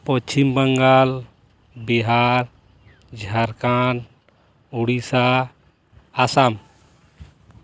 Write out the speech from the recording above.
Paschim Bangal Bihar Jharkhand Odisha Assam